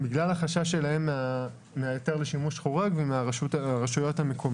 בגלל החשש שלהם מההיתר לשימוש חורג ומהרשויות המקומיות.